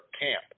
camp